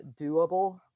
doable